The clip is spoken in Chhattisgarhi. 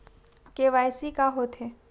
के.वाई.सी का होथे?